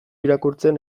irakurtzen